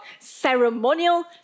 ceremonial